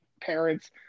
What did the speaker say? parents